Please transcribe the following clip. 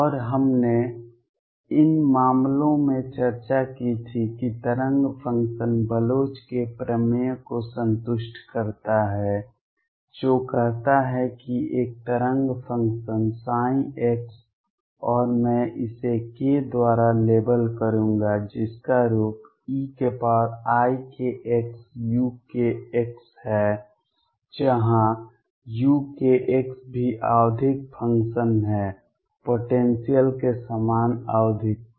और हमने इन मामलों में चर्चा की थी कि तरंग फ़ंक्शन बलोच के प्रमेय को संतुष्ट करता है जो कहता है कि एक तरंग फ़ंक्शन ψ और मैं इसे k द्वारा लेबल करूंगा जिसका रूप eikxukx है जहां ukx भी आवधिक फ़ंक्शन है पोटेंसियल के समान आवधिकता